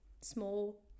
Small